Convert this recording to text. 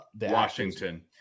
Washington